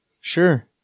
sure